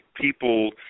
people